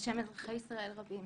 ובשם אזרחי ישראל רבים.